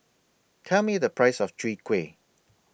Tell Me The Price of Chwee Kueh